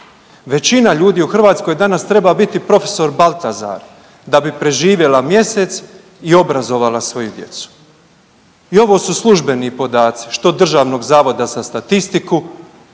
Većina ljudi u Hrvatskoj danas treba biti profesor Baltazar da bi preživjela mjesec i obrazovala svoju djecu. I ovo su službeni podaci što DZS-a, što sindikata